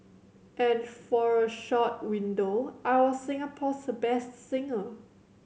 and for a short window I was Singapore's best singer